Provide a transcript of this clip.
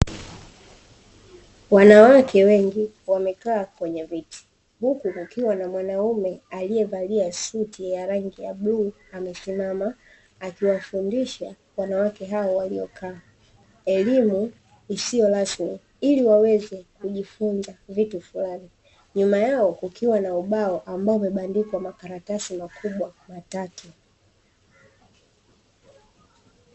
Wanawake wengi, wamekaa kwenye viti, huku kukiwa na mwanaume aliyevalia suti ya rangi ya bluu. Amesimama akiwafundisha wanawake hawa (waliokaa) elimu isiyo rasmi, ili waweze kujifunza vitu fulani. Nyuma yao kukiwa na ubao ambao umebandikwa makaratasi makubwa matatu.